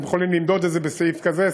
אתם יכולים למדוד את זה בסעיף כזה,